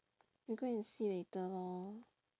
we go and see later lor